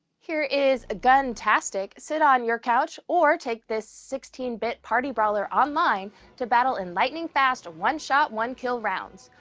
here is guntastic! sit on your couch or take this sixteen bit party brawler online to battle in lightning-fast one-shot, one-kill rounds.